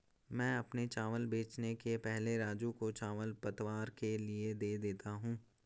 मैं अपने चावल बेचने के पहले राजू को चावल पतवार के लिए दे देता हूं